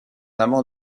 amant